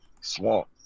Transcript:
Swamp